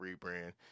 rebrand